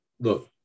look